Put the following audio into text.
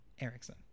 erickson